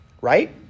right